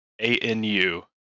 A-N-U